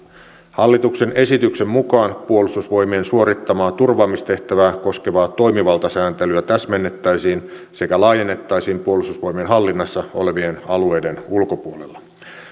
hallituksen esityksen mukaan puolustusvoimien suorittamaa turvaamistehtävää koskevaa toimivaltasääntelyä täsmennettäisiin sekä laajennettaisiin puolustusvoimien hallinnassa olevien alueiden ulkopuolella